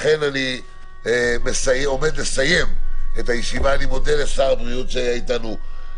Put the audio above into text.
לכן אני עומד לסיים את הישיבה אני מודה לשר הבריאות שהיה אתנו,